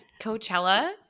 Coachella